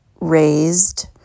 raised